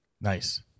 Nice